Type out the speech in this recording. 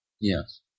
Yes